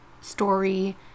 story